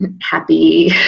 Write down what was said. happy